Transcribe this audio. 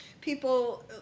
people